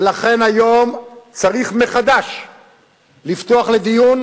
ולכן היום צריך מחדש לפתוח לדיון